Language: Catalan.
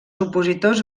opositors